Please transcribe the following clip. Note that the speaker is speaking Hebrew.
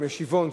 במשיבון,